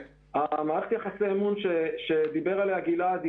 מערכת יחסי האמון שדיבר עליה סנ"צ בנט היא